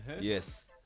Yes